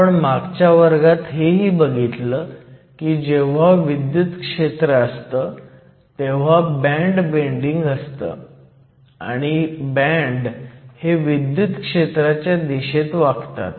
आपण मागच्या वर्गात हेही बघितलं की जेव्हा विद्युत क्षेत्र असतं तेव्हा बँड बेंडिंग असतं आणि बँड हे विद्युत क्षेत्राच्या दिशेत वाकतात